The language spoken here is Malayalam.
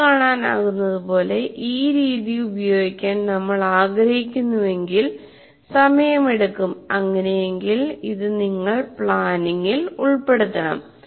ഈ കാണാനാകുന്നതുപോലെ ഈ രീതി ഉപയോഗിക്കാൻ നമ്മൾ ആഗ്രഹിക്കുന്നുവെങ്കിൽ സമയമെടുക്കുംഅങ്ങിനെയെങ്കിൽ ഇത് നിങ്ങൾ പ്ലാനിങ്ങിൽ ഉൾപ്പെടുത്തണം